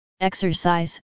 exercise